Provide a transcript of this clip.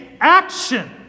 action